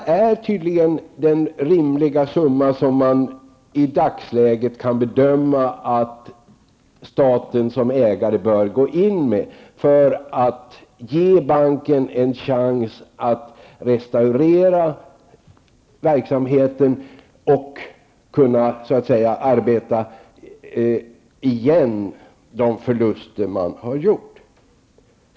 Det föreslagna beloppet är nog det rimliga belopp som man i dagsläget kan bedöma att staten som ägare bör gå in med för att ge banken en chans att restaurera verksamheten och kunna arbeta igen de förluster den har gjort.